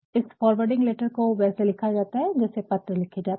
इस forwarding letter को वैसे लिखा जाता है जैसे पत्र लिखे जाते हैं